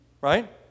right